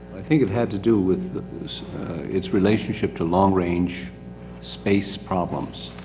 i think it had to do with, its relationship to long range space problems